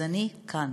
אז אני כאן